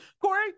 Corey